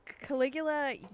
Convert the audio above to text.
Caligula